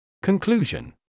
Conclusion